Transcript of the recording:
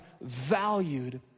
valued